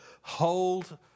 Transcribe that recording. hold